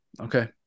okay